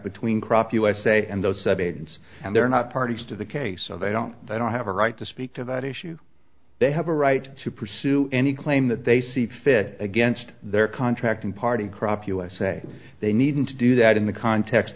between crop usa and those subagents and they're not parties to the case of a don't they don't have a right to speak to that issue they have a right to pursue any claim that they see fit against their contract and party crop usa they need to do that in the context